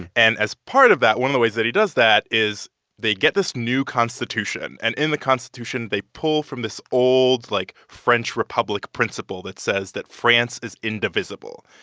and as part of that, one of the ways that he does that is they get this new constitution. and in the constitution, they pull from this old, like, french republic principle that says that france is indivisible.